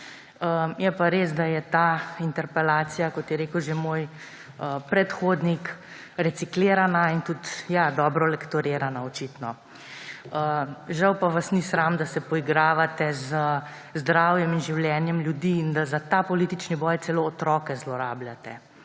Je pa res, da je ta interpelacija, kot je rekel že moj predhodnik, reciklirana in tudi, ja, dobro lektorirana, očitno. Žal pa vas ni sram, da se poigravate z zdravjem in življenjem ljudi in da za ta politični boj celo otroke zlorabljate.